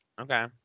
Okay